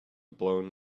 blown